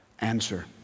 Answer